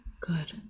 Good